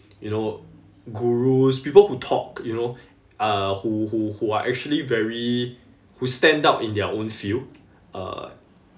you know gurus people who talk you know uh who who who are actually very who stand out in their own field uh